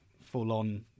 full-on